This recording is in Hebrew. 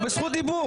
הוא בזכות דיבור.